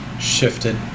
shifted